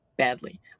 Badly